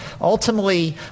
Ultimately